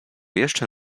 jeszcze